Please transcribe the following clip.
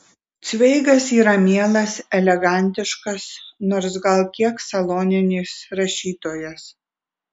cveigas yra mielas elegantiškas nors gal kiek saloninis rašytojas